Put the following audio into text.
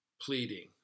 pleading